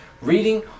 Reading